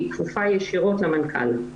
היא כפופה ישירות למנכ"ל.